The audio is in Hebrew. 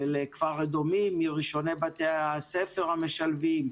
של כפר אדומים, מראשוני בתי-הספר המשלבים.